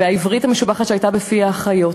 והעברית המשובחת שהייתה בפי האחיות,